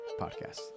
podcast